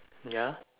ya